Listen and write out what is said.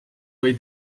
või